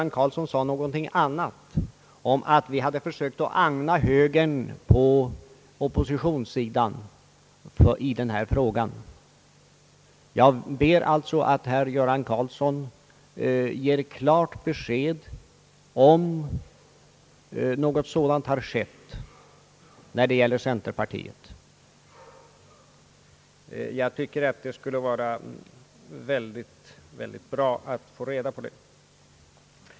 Herr Karlsson sade någonting annat om att vi hade försökt att agna högern på oppositionssidan i den här frågan. Jag ber alltså herr Göran Karlsson om klart besked huruvida något sådant har skett när det gäller centerpartiet. Jag tycker att det skulle vara mycket bra att få reda på det.